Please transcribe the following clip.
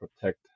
protect